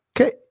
Okay